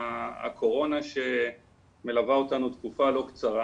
הקורונה שמלווה אותנו תקופה לא קצרה.